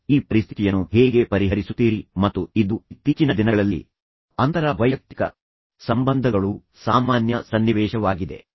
ನೀವು ಈ ಪರಿಸ್ಥಿತಿಯನ್ನು ಹೇಗೆ ಪರಿಹರಿಸುತ್ತೀರಿ ಮತ್ತು ಇದು ಇತ್ತೀಚಿನ ದಿನಗಳಲ್ಲಿ ಅಂತರ ವೈಯಕ್ತಿಕ ಸಂಬಂಧಗಳು ಸಾಮಾನ್ಯ ಸನ್ನಿವೇಶವಾಗಿದೆ